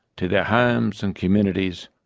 to their homes and communities.